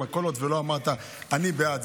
וכל עוד שלא אמרת שאתה בעד,